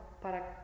para